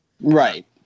Right